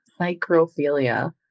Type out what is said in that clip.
Psychrophilia